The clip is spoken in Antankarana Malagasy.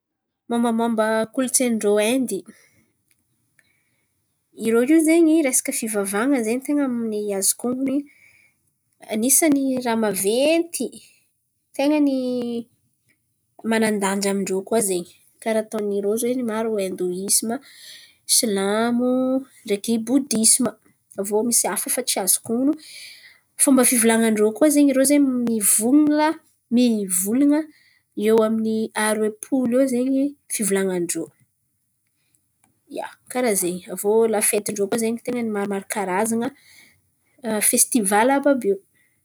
Mombamomba kolontsain̈in-drô Inde, irô io zen̈y resaka fivavahan̈a zen̈y ten̈a ny azoko onon̈o anisany raha maventy ten̈a ny manan-danja amin-drô koa zen̈y. Karà ataony irô zen̈y maro indôïsima, silamo ndreky bodisima aviô misy hafa fa tsy azoko onon̈o. Fomba fivolan̈an-drô koa zen̈y irô zen̈y mivola- mivolan̈a iô amin'ny roa-polo iô zen̈y fivolan̈an-drô. Ia, karà zen̈y. Aviô lafetin-drô koa zen̈y ten̈a ny maromaro karazan̈a fesitivaly àby by io.